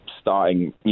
starting